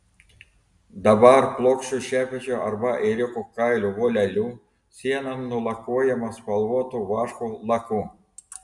dabar plokščiu šepečiu arba ėriuko kailio voleliu siena nulakuojama spalvotu vaško laku